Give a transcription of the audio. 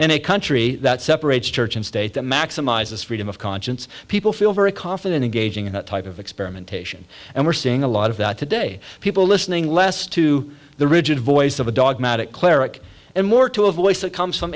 and a country that separates church and state that maximizes freedom of conscience people feel very confident engaging in that type of experimentation and we're seeing a lot of that today people listening less to the rigid voice of a dogmatic cleric and more to a voice that comes from